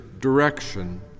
direction